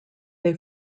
they